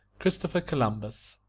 christopher columbus